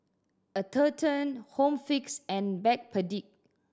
Atherton Home Fix and Backpedic